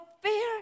fear